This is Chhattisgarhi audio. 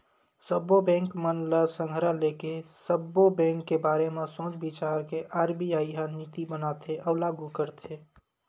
सब्बो बेंक मन ल संघरा लेके, सब्बो बेंक के बारे म सोच बिचार के आर.बी.आई ह नीति बनाथे अउ लागू करथे